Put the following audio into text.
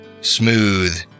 smooth